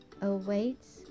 awaits